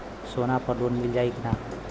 सोना पर लोन मिली की ना?